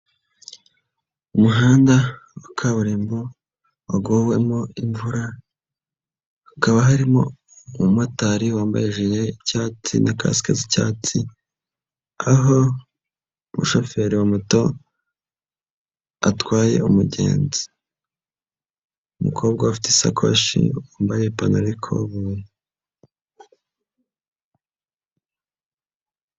Umuhanda wa kaburimbo waguwemo imvura, hakaba harimo umumotari wambaye ijire y'icyatsi na kasike z'icyatsi, aho umushoferi wa moto atwaye umugenzi, umukobwa we afite isakoshi wambaye ipantaro y'ikoboyi.